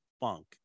funk